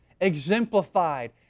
exemplified